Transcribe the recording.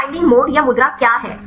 तो binding mode या मुद्रा क्या है